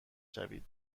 شوید